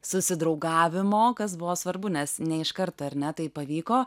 susidraugavimo kas buvo svarbu nes ne iš karto ar ne tai pavyko